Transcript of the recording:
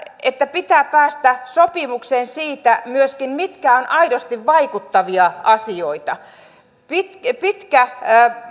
että pitää päästä sopimukseen myöskin siitä mitkä ovat aidosti vaikuttavia asioita pitkä pitkä